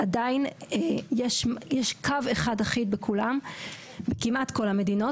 עדיין יש קו אחד אחיד בכמעט כל המדינות,